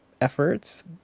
efforts